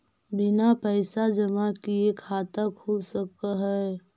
बिना पैसा जमा किए खाता खुल सक है?